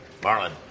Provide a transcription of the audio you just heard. Marlon